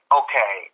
okay